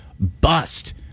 Bust